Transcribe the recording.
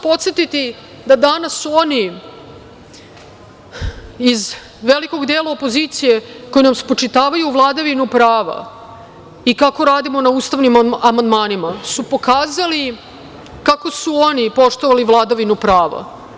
Podsetiću vas da danas oni iz velikog dela opozicije koji nam spočitavaju vladavinu prava i kako radimo na ustavnim amandmanima su pokazali kako su oni poštovali vladavinu prava.